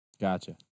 Gotcha